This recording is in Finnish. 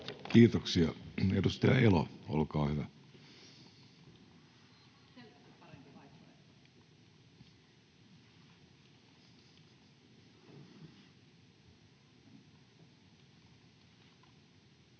Kiitoksia. — Edustaja Elo, olkaa hyvä.